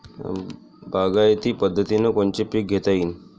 बागायती पद्धतीनं कोनचे पीक घेता येईन?